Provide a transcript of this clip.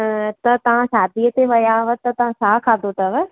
त तव्हां शादीअ ते विया हुआ त तव्हां छा खादो अथव